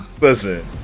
Listen